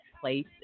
place